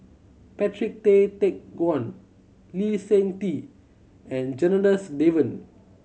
Patrick Tay Teck Guan Lee Seng Tee and Janadas Devan